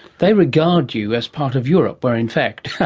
they regard you as part of europe, where in fact,